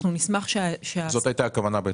זאת הייתה הכוונה.